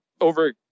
over